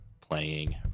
playing